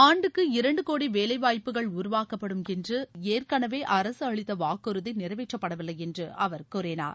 ஆண்டுக்கு இரண்டு கோடி வேலைவாய்ப்புகள் உருவாக்கப்படும் என்று ஏற்கனவே அரசு அளித்த வாக்குறுதி நிறைவேற்றப்படவில்லை என்று அவர் கூறினார்